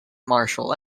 martial